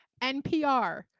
NPR